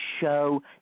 show